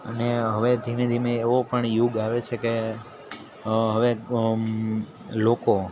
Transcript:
અને હવે ધીમે ધીમે એવો પણ યુગ આવે છે કે હવે લોકો